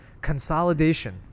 consolidation